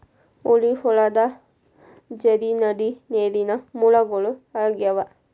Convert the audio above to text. ಹೊಳಿ, ಹೊಳಡಾ, ಝರಿ, ನದಿ ನೇರಿನ ಮೂಲಗಳು ಆಗ್ಯಾವ